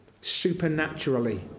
supernaturally